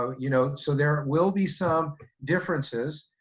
so you know so there will be some differences,